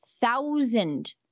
thousand